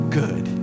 good